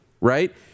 right